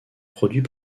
produit